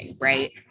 Right